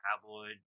tabloid